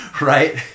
right